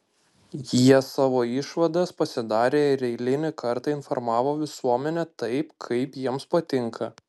jie savo išvadas pasidarė ir eilinį kartą informavo visuomenę taip kaip jiems patinka